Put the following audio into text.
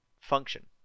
function